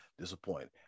disappoint